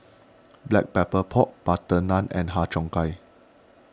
Black Pepper Pork Butter Naan and Har Cheong Gai